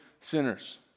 sinners